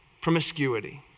promiscuity